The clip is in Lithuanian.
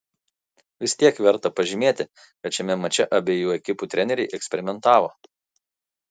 vis tik verta pažymėti kad šiame mače abiejų ekipų treneriai eksperimentavo